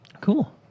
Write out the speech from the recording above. Cool